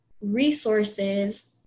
resources